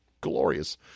Glorious